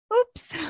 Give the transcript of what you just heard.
Oops